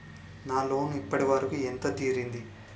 నా లోన్ ఇప్పటి వరకూ ఎంత తీరింది?